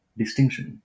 distinction